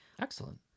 Excellent